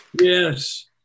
Yes